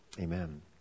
Amen